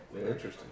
Interesting